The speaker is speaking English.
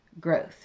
growth